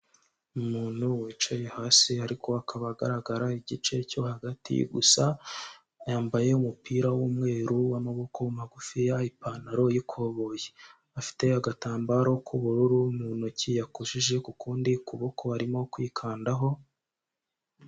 Umuntu wicaye hasi ariko akaba agaragara igice cyo hagati gusa yambaye umupira w'umweru w'amaboko magufi yambaye ipantaro yikoboye afite agatambaro k'ubururu mu ntoki yakoje kukundi kuboko arimo kwikandaho.